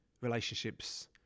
Relationships